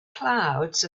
clouds